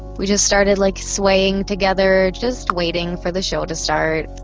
we just started like swaying together, just waiting for the show to start.